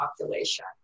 population